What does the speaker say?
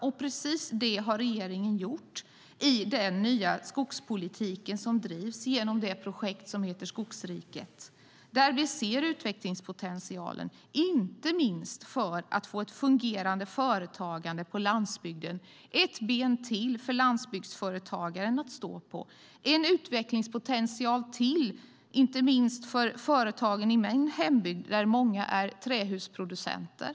Och precis det har regeringen gjort i den nya skogspolitiken, som drivs genom det projekt som heter Skogsriket. Där ser vi utvecklingspotentialen, inte minst när det gäller att få ett fungerande företagande på landsbygden. Det är ett ben till för landsbygdsföretagaren att stå på. Det är en utvecklingspotential till, inte minst för företagen i min hembygd där många är trähusproducenter.